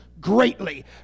greatly